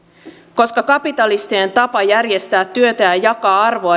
koska kapitalistinen tapa järjestää työtä ja ja jakaa arvoa